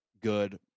good